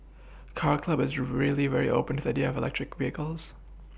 car club is really very open to the idea of electric vehicles